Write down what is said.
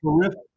terrific